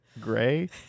gray